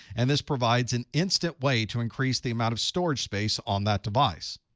and this provides an instant way to increase the amount of storage space on that device.